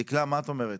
דקלה, מה את אומרת?